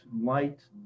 light